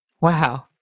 Wow